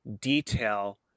detail